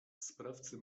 sprawcy